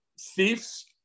thieves